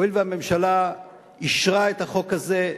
הואיל והממשלה אישרה את החוק הזה,